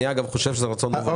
אגב, אני חושב שזה רצון מבורך.